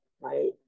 right